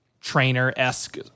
trainer-esque